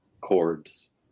chords